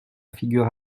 figure